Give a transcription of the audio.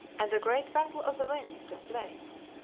and a great battle of the winds took place.